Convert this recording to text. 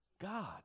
God